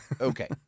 okay